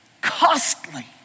Costly